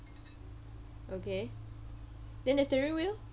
okay then that's the real way lor